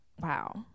Wow